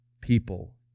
people